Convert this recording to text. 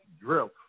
drift